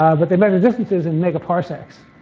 but they measure distances in megaparsecs,